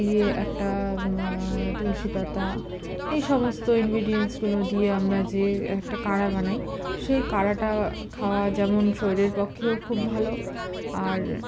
দিয়ে একটা তুলসি পাতা এই সমস্ত ইনগ্রিডিয়েন্সগুলো দিয়ে আমরা যে একটা কাড়া বানাই সেই কাড়াটা খাওয়া যেমন শরীরের পক্ষেও খুব ভালো আর